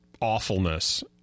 awfulness